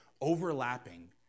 overlapping